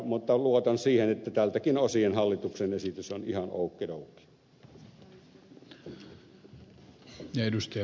mutta luotan siihen että tältäkin osin hallituksen esitys on ihan oukkidoukki